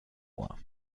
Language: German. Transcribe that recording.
ohr